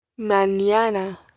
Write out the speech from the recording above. Mañana